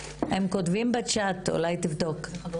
בוקר טוב.